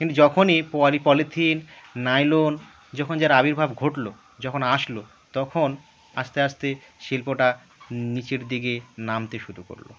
কিন্তু যখনই poly polythene nylon যখন যার আবির্ভাব ঘটলো যখন আসলো তখন আস্তে আস্তে শিল্পটা নিচের দিকে নামতে শুরু করলো